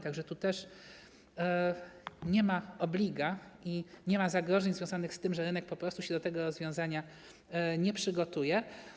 Tu nie ma obligu i nie ma zagrożeń związanych z tym, że rynek po prostu się do tego rozwiązania nie przygotuje.